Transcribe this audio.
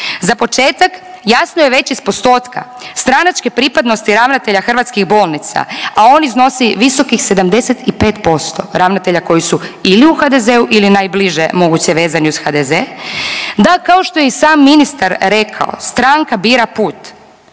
Za početak jasno je već iz postotka stranačke pripadnosti ravnatelja hrvatskih bolnica, a on iznosi visokih 75%, ravnatelja koji su u HDZ-u ili najbliže moguće vezani uz HDZ, da kao što je i sam ministar rekao stranka bira put,